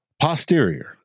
posterior